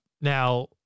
Now